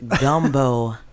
gumbo